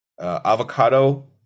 avocado